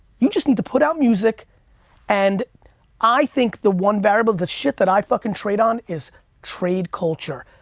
you just need to put out music and i think the one variable, the shit that i fucking trade on is trade culture.